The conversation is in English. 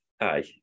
Aye